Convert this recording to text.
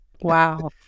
wow